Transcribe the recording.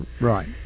right